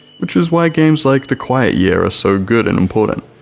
which is why games like the quiet year are so good and important,